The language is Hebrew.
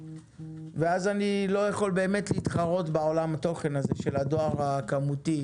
ואז אני לא יכול באמת להתחרות בעולם התוכן הזה של הדואר הכמותי.